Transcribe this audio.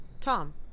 Tom